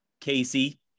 Casey